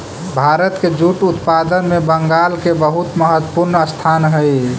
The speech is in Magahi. भारत के जूट उत्पादन में बंगाल के बहुत महत्त्वपूर्ण स्थान हई